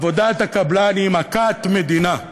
עבודת הקבלן היא מכת מדינה,